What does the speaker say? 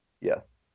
Yes